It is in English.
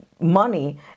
money